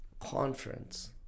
conference